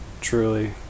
Truly